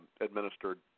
administered